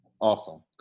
Awesome